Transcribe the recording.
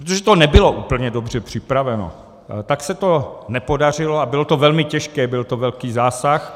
Protože to nebylo úplně dobře připraveno, tak se to nepodařilo a bylo to velmi těžké, byl to velký zásah.